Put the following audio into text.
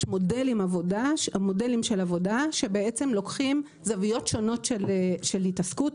יש מודלים של עבודה שלוקחים זוויות שונות של התעסקות,